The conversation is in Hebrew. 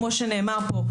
כמו שנאמר פה,